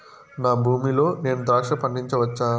నా భూమి లో నేను ద్రాక్ష పండించవచ్చా?